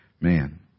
man